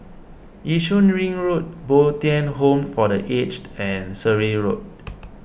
Yishun Ring Road Bo Tien Home for the Aged and Surrey Road